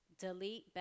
delete